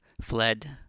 fled